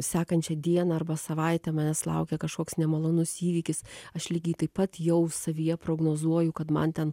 sekančią dieną arba savaitę manęs laukia kažkoks nemalonus įvykis aš lygiai taip pat jau savyje prognozuoju kad man ten